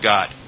God